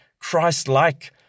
Christ-like